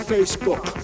Facebook